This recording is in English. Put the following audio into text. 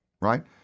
right